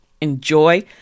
Enjoy